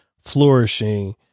flourishing